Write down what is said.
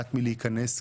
ונמנעת מלהיכנס,